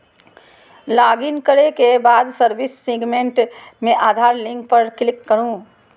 login करै के बाद सर्विस सेगमेंट मे आधार लिंक पर क्लिक करू